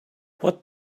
what